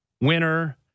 winner